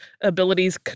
abilities